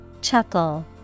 Chuckle